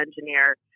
engineer